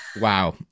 wow